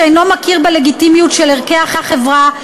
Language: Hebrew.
שאינו מכיר בלגיטימיות של ערכי החברה,